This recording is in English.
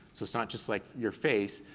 it's it's not just like your face,